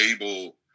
able